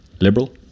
liberal